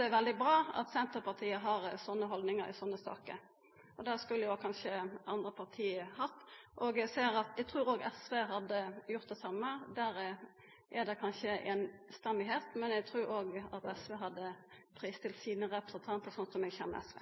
det er veldig bra at Senterpartiet har sånne haldningar i sånne saker, og det skulle kanskje andre parti hatt òg. Eg trur òg SV hadde gjort det same. Der er det kanskje full semje, men eg trur òg at SV hadde fristilt sine representantar, sånn som eg kjenner SV.